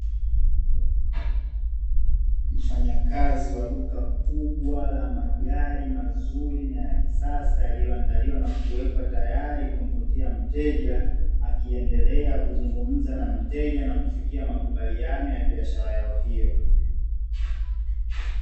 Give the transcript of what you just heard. Mfanyakazi wa duka kubwa la magari mazuri na ya kisasa yaliyoandaliwa na kuwekwa tayari kwa kumvutia mteja akiendelea kuzungumza na mteja na kufikia makubaliano ya biashara yao hiyo.